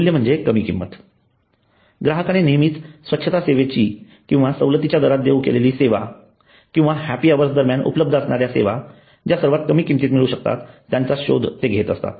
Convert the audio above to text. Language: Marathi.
मूल्य म्हणजे कमी किंमत ग्राहक नेहमीच स्वच्छता सेवेची किंवा सवलतीच्या दरात देऊ केलेली सेवा किंवा हैप्पी अवर्स दरम्यान उपलब्ध असणाऱ्या सेवा ज्या सर्वात कमी किंमतीत मिळू शकतात यांचा शोध घेत असतात